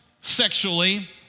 sexually